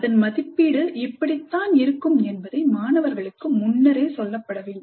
அதன் மதிப்பீடு இப்படி தான் இருக்கும் என்பதை மாணவர்களுக்கு முன்னரே சொல்லப்படவேண்டும்